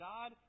God